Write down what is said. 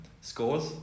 scores